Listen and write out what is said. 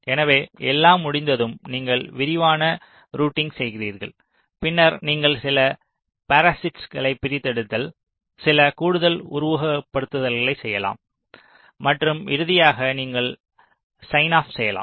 எனவே எல்லாம் முடிந்ததும் நீங்கள் விரிவான ரூட்டிங் செய்கிறீர்கள் பின்னர் நீங்கள் சில பாரசீட்டிக்களை பிரித்தெடுத்தல் சில கூடுதல் உருவகப்படுத்துதல்களைச் செய்யலாம் மற்றும் இறுதியாக நீங்கள் ஸைன் ஆப் செய்யலாம்